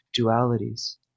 dualities